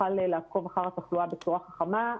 נוכל לעקוב אחר התחלואה בצורה חכמה.